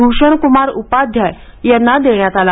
भूषणकुमार उपाध्याय यांना देण्यात आला